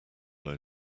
low